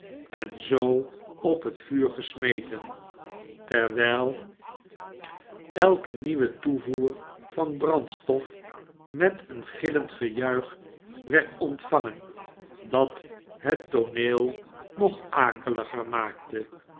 en zoo op het vuur gesmeten terwijl elke nieuwe toevoer van brandstof met een gillend gejuich werd ontvangen dat het tooneel nog akeliger maakte